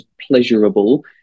pleasurable